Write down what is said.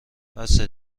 بسه